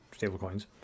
stablecoins